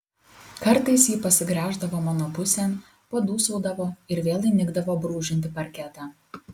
kartais ji pasigręždavo mano pusėn padūsaudavo ir vėl įnikdavo brūžinti parketą